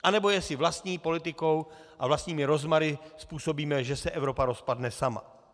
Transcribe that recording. Anebo jestli vlastní politikou a vlastními rozmary způsobíme, že se Evropa rozpadne sama.